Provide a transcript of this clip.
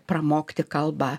pramokti kalbą